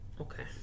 Okay